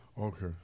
Okay